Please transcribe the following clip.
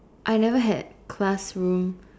I never had classroom